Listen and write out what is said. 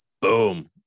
boom